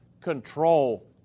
control